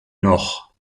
noch